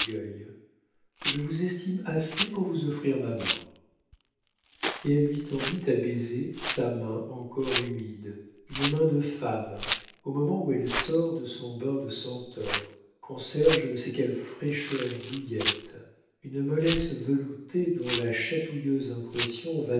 je vous estime assez pour vous offrir ma main et elle lui tendit à baiser sa main encore humide une main de femme au moment où elle sort de son bain de senteur conserve je ne sais quelle fraîcheur douillette une mollesse veloutée dont la chatouilleuse impression